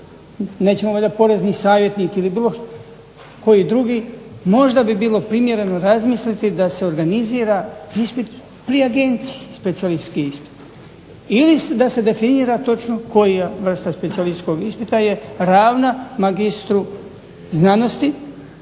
nećemo valjda porezni savjetnik ili bilo koji drugi. Možda bi bilo primjereno razmisliti da se organizira ispit pri agenciji specijalistički ispit ili da se definira točno koja vrsta specijalističkog ispita je ravna magistru znanosti,